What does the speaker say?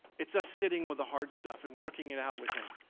it's us sitting with the hard stuff and working it out with him.